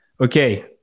Okay